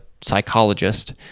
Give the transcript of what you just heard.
psychologist